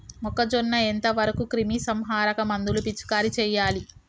మొక్కజొన్న ఎంత వరకు క్రిమిసంహారక మందులు పిచికారీ చేయాలి?